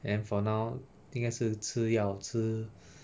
then for now 应该是吃药吃